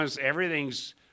Everything's